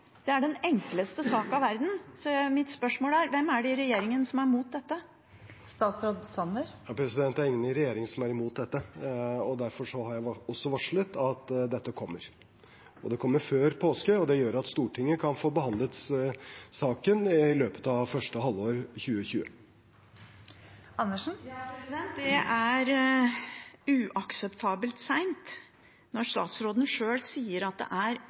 det! Det er den enkleste sak i verden. Mitt spørsmål er: Hvem er det i regjeringen som er mot dette? Det er ingen i regjeringen som er mot dette. Derfor har jeg også varslet at dette kommer. Det kommer før påske, og det gjør at Stortinget kan få behandlet saken i løpet av første halvår 2020. Det er uakseptabelt sent når statsråden sjøl sier at det er